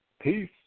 Peace